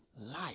life